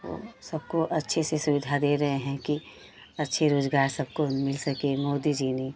ओ सबको अच्छे से सुविधा दे रहे हैं कि अच्छे रोजगार सबको मिल सके मोदी जी ने